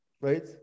right